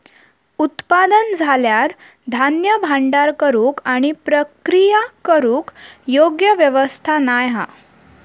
उत्पादन झाल्यार धान्य भांडार करूक आणि प्रक्रिया करूक योग्य व्यवस्था नाय हा